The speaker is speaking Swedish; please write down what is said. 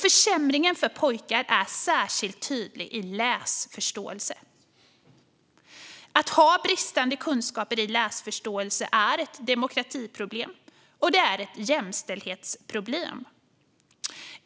Försämringen för pojkar är särskilt tydlig i fråga om läsförståelse. Bristande kunskaper i fråga om läsförståelse är ett demokratiproblem och ett jämställdhetsproblem.